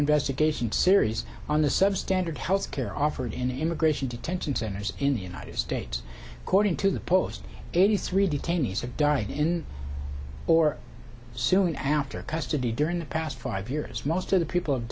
investigation series on the substandard health care offered in immigration detention centers in the united states according to the post eighty three detainees have died in or soon after custody during the past five years most of the people have